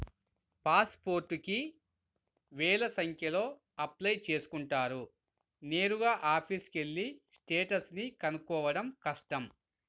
pass పోర్టుకి వేల సంఖ్యలో అప్లై చేసుకుంటారు నేరుగా ఆఫీసుకెళ్ళి స్టేటస్ ని కనుక్కోడం కష్టం